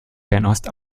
fernost